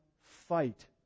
fight